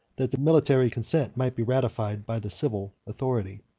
that the military consent might be ratified by the civil authority.